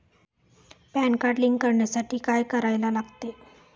Pan card link करण्यासाठी काय करायला लागते?